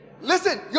Listen